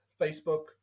Facebook